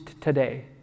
today